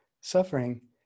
suffering